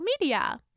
media